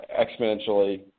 exponentially